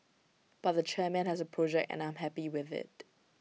but the chairman has A project and I am happy with IT